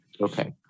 Okay